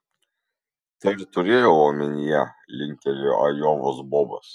tai ir turėjau omenyje linktelėjo ajovos bobas